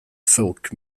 folk